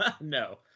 No